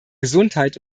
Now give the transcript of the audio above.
gesundheit